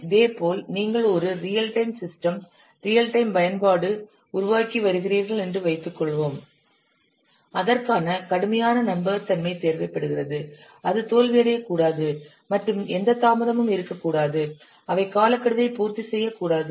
இதேபோல் நீங்கள் ஒரு real time system real time பயன்பாடு உருவாக்கி வருகிறீர்கள் என்று வைத்துக்கொள்வோம் அதற்கான கடுமையான நம்பகத்தன்மை தேவைப்படுகிறது அது தோல்வியடையக்கூடாது மற்றும் எந்த தாமதமும் இருக்கக்கூடாது அவை காலக்கெடுவை பூர்த்தி செய்யக்கூடாது